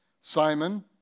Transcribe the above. Simon